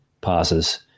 passes